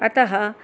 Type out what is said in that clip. अतः